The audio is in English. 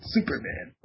Superman